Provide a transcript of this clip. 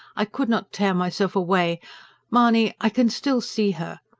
i could not tear myself away mahony, i can still see her.